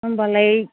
होम्बालाय